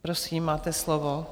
Prosím, máte slovo.